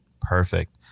Perfect